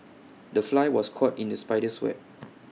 the fly was caught in the spider's web